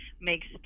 makes